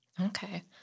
Okay